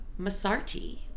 Masarti